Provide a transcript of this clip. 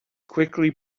quickly